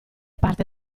parte